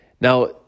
Now